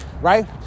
right